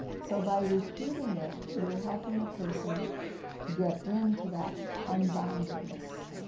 so by repeating it you are helping a person get into that unboundedness.